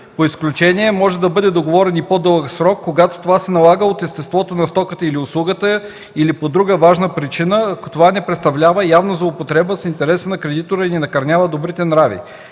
По изключение може да бъде договорен и по-дълъг срок, когато това се налага от естеството на стоката или услугата или по друга важна причина, ако това не представлява явна злоупотреба с интереса на кредитора и не накърнява добрите нрави.